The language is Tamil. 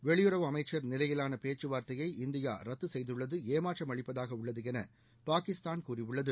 வெளியுறவு அமைச்சர் நிலையிலான பேச்சுவார்த்தையை இந்தியா ரத்து செய்துள்ளது ஏமாற்றம் அளிப்பதாக உள்ளது என பாகிஸ்தான் கூறியுள்ளது